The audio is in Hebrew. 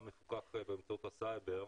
גם מפוקח באמצעות הסייבר.